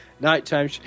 Nighttime